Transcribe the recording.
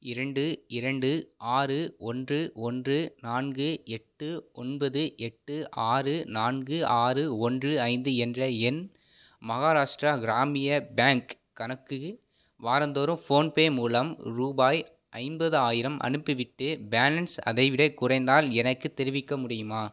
இரண்டு இரண்டு ஆறு ஓன்று ஒன்று நான்கு எட்டு ஒன்பது எட்டு ஆறு நான்கு ஆறு ஒன்று ஐந்து என்ற என் மஹாராஷ்டிரா கிராமிய பேங்க் கணக்குக்கு வாரந்தோறும் ஃபோன்பே மூலம் ரூபாய் ஐம்பதாயிரம் அனுப்பிவிட்டு பேலன்ஸ் அதைவிடக் குறைந்தால் எனக்குத் தெரிவிக்க முடியுமா